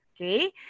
okay